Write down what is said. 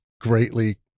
greatly